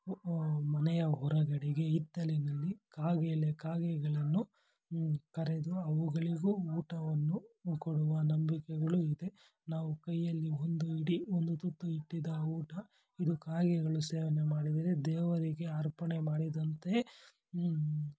ಮನೆಯ ಹೊರಗಡೆಗೆ ಹಿತ್ತಲಿನಲ್ಲಿ ಕಾಗೆ ಎಲೆ ಕಾಗೆಗಳನ್ನು ಕರೆದು ಅವುಗಳಿಗೂ ಊಟವನ್ನು ಕೊಡುವ ನಂಬಿಕೆಗಳು ಇದೆ ನಾವು ಕೈಯಲ್ಲಿ ಒಂದು ಹಿಡಿ ಒಂದು ತುತ್ತು ಇಟ್ಟಿದ್ದ ಊಟ ಇದು ಕಾಗೆಗಳು ಸೇವನೆ ಮಾಡಿದರೆ ದೇವರಿಗೆ ಅರ್ಪಣೆ ಮಾಡಿದಂತೆ